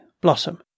Blossom